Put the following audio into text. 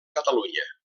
catalunya